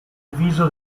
viso